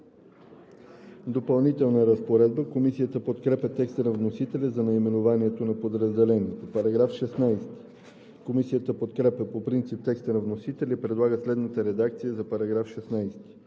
„Допълнителна разпоредба“. Комисията подкрепя текста на вносителя за наименованието на подразделението. Комисията подкрепя по принцип текста на вносителя и предлага следната редакция за § 16: „§ 16.